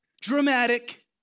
dramatic